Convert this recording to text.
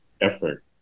effort